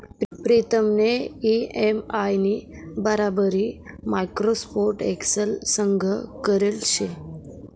प्रीतमनी इ.एम.आय नी बराबरी माइक्रोसॉफ्ट एक्सेल संग करेल शे